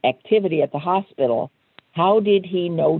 activity at the hospital how did he know